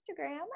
instagram